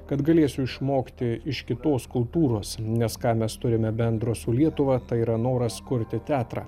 kad galėsiu išmokti iš kitos kultūros nes ką mes turime bendro su lietuva tai yra noras kurti teatrą